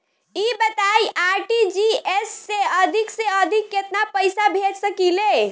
ई बताईं आर.टी.जी.एस से अधिक से अधिक केतना पइसा भेज सकिले?